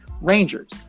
Rangers